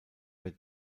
der